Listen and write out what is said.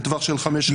בטווח של חמש שנים.